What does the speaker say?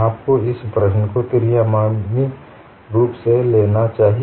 आपको इस प्रश्न को त्रि आयामी के रूप में लेना चाहिए